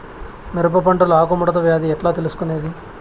మిరప పంటలో ఆకు ముడత వ్యాధి ఎట్లా తెలుసుకొనేది?